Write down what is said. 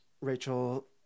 Rachel